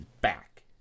back